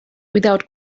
without